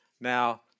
Now